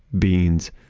beans,